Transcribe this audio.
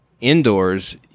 indoors